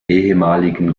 ehemaligen